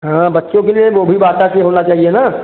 हाँ बच्चों के लिए वो भी बाटा के होना चाहिए ना